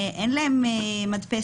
אין להם מדפסת,